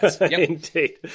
indeed